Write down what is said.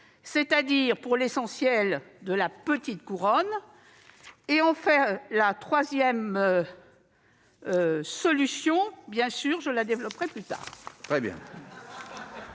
c'est-à-dire, pour l'essentiel, de la petite couronne. Quant à la troisième option, je la développerai plus tard